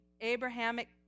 Abrahamic